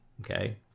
okay